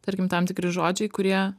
tarkim tam tikri žodžiai kurie